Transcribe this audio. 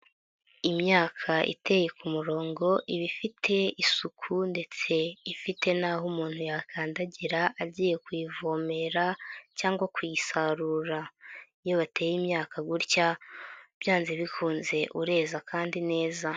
Imyaka iteye ku murongo iba ifite isuku ndetse ifite n'aho umuntu yakandagira agiye kuyivomerera cyangwa kuyisarura. Iyo wateye imyaka gutya byanze bikunze ureza kandi neza.